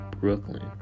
Brooklyn